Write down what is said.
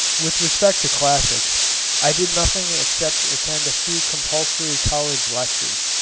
with respect to classics i did nothing except attend a few compulsory college lectures,